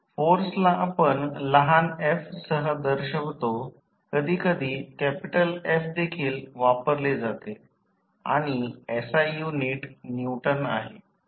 फोर्सला आपण लहान f सह दर्शवतो कधीकधी कॅपिटल F देखील वापरले जाते आणि SI युनिट न्यूटन आहे